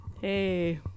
Hey